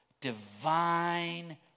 divine